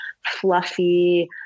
fluffy